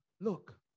look